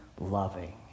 loving